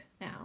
now